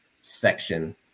section